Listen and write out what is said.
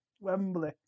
Wembley